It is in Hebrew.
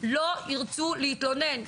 לא ירצו להתלונן,